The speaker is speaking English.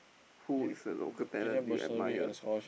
who is the local talent you admire